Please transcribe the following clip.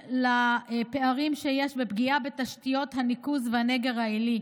לפערים שיש ופגיעה בתשתיות הניקוז והנגר העילי.